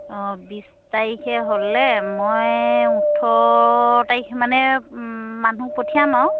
অঁ বিছ তাৰিখে হ'লে মই ওঠৰ তাৰিখে মানে মানুহক পঠিয়াম আৰু